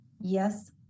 Yes